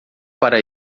para